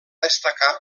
destacar